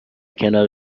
کنار